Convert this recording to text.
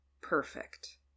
perfect